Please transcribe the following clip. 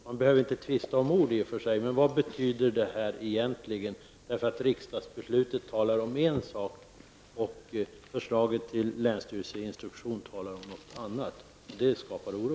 Man behöver i och för sig inte tvista om ord, men vad betyder detta egentligen? I riksdagsbeslutet talas det nämligen om en sak och i förslaget till länsstyrelseinstruktion talas det om något annat. Det skapar oro.